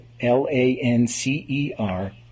L-A-N-C-E-R